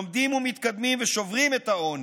לומדים ומתקדמים ושוברים את העוני.